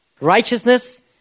righteousness